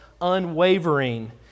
unwavering